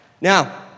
Now